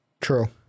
True